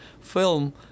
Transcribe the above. film